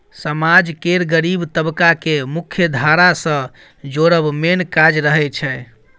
समाज केर गरीब तबका केँ मुख्यधारा सँ जोड़ब मेन काज रहय छै